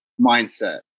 mindset